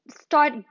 start